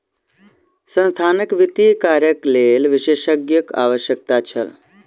संस्थानक वित्तीय कार्यक लेल विशेषज्ञक आवश्यकता छल